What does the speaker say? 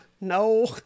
no